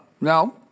no